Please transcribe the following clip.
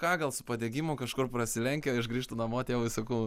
ką gal su padegimu kažkur prasilenkė ir aš grįžtu namo tėvui sakau